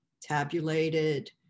tabulated